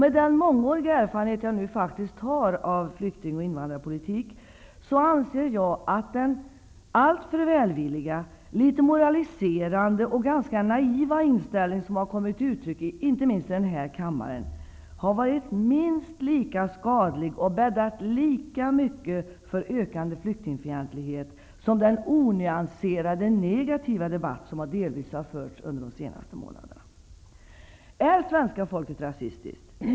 Med den mångåriga erfarenhet jag faktiskt har av flyktingoch invandrarpolitik, anser jag att den alltför välvilliga, litet moraliserande och ganska naiva inställning som har kommit till uttryck inte minst i denna kammare har varit minst lika skadlig och bäddat lika mycket för ökande flyktingfientlighet som den onyanserade, negativa debatt som delvis har förts under de senaste månaderna. Är svenska folket rasistiskt?